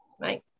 Right